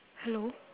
hello